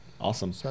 awesome